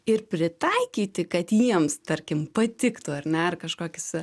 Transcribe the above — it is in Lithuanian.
ir pritaikyti kad jiems tarkim patiktų ar ne ar kažkoks